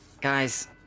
guys